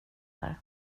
där